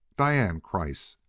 diane! kreiss!